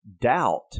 Doubt